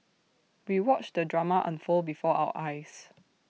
we watched the drama unfold before our eyes